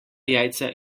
jajca